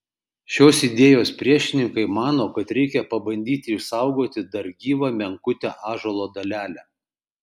šios idėjos priešininkai mano kad reikia pabandyti išsaugoti dar gyvą menkutę ąžuolo dalelę